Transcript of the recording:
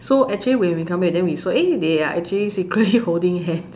so actually when we come back then we saw eh they are actually secretly holding hands